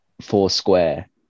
foursquare